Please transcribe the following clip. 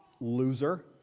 loser